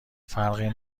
فرقی